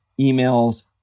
emails